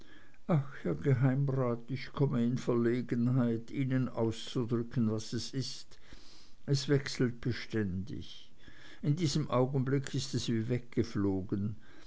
ach herr geheimrat ich komme in verlegenheit ihnen auszudrücken was es ist es wechselt beständig in diesem augenblick ist es wie weggeflogen